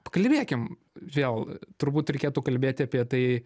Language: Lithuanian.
pakalbėkim vėl turbūt reikėtų kalbėti apie tai